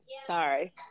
Sorry